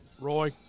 Roy